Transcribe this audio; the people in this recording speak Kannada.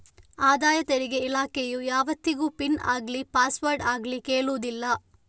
ಆದಾಯ ತೆರಿಗೆ ಇಲಾಖೆಯು ಯಾವತ್ತಿಗೂ ಪಿನ್ ಆಗ್ಲಿ ಪಾಸ್ವರ್ಡ್ ಆಗ್ಲಿ ಕೇಳುದಿಲ್ಲ